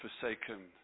forsaken